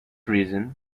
reason